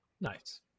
Nice